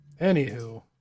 Anywho